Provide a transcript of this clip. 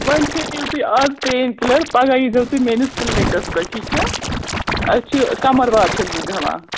وۅنۍ کھیٚیِو تُہۍ اَز پین کِلر پگاہ ییٖزیو تُہۍ میٛٲنِس کِلنِکَس پٮ۪ٹھ ٹھیٖک چھا اَسہِ چھِ قَمرباد چھَس بہٕ بیٚہوان